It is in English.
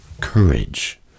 courage